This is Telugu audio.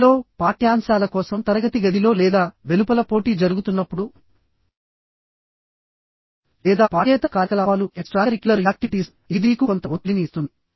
విద్యలో పాఠ్యాంశాల కోసం తరగతి గదిలో లేదా వెలుపల పోటీ జరుగుతున్నప్పుడులేదా పాఠ్యేతర కార్యకలాపాలు ఇది మీకు కొంత ఒత్తిడిని ఇస్తుంది